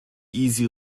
easy